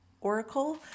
Oracle